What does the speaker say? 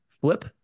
Flip